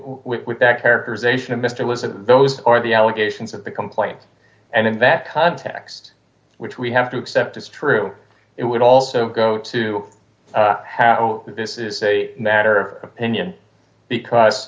with that characterization of if it was a those are the allegations that the complaint and in that context which we have to accept as true it would also go to how this is a matter of opinion because